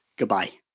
goodbye